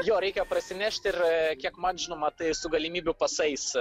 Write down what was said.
jo reikia prasinešti ir kiek man žinoma tai su galimybių pasais